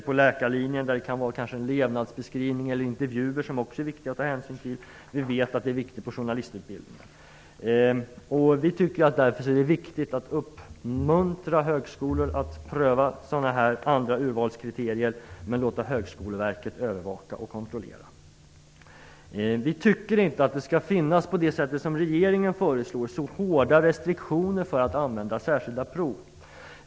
På läkarlinjen kan det handla om en levnadsbeskrivning. Intervjuer är det också viktigt att ta hänsyn till. Dessutom är detta viktigt på journalistutbildningen. Det är således väsentligt att uppmuntra högskolor till att pröva sådana här andra urvalskriterier. Men det gäller att låta Högskoleverket övervaka och kontrollera. Vi tycker inte att det skall vara så hårda restriktioner som regeringen föreslår när det gäller att använda särskilda prov.